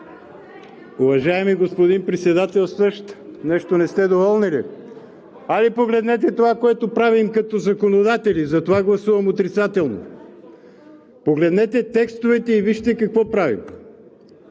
Уважаеми господин Председателстващ! (Реплики от ГЕРБ.) Нещо не сте доволни ли? Хайде погледнете това, което правим като законодатели! Затова гласувам отрицателно. Погледнете текстовете и вижте какво правим!